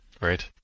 right